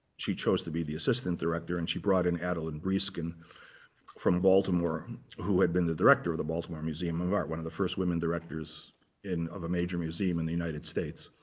she chose to be the assistant director, and she brought in adelyn breeskin from baltimore who had been the director of the baltimore museum of art one of the first women directors of a major museum in the united states.